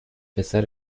پسر